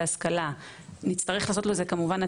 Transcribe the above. אבל כדי לוודא שבסופו של דבר המטופלים מקבלים טיפול מקצועי ונכון,